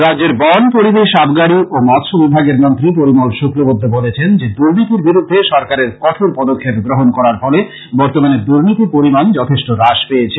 রাজ্যের বন পরিবেশ আবগারি ও মৎস বিভাগের মন্ত্রী পরিমল শুক্লবৈদ্য বলেছেন যে দুর্নীতির বিরুদ্ধে সরকারের কঠোর পদক্ষেপ গ্রহন করার ফলে বর্তমানে দুর্নীতির পরিমান যথেষ্ট হ্রাস পেয়েছ